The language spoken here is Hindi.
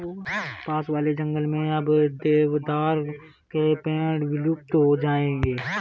पास वाले जंगल में अब देवदार के पेड़ विलुप्त हो गए हैं